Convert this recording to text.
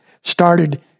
started